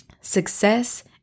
Success